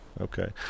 Okay